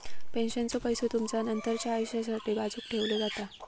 पेन्शनचो पैसो तुमचा नंतरच्या आयुष्यासाठी बाजूक ठेवलो जाता